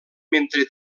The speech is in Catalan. mentre